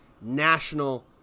national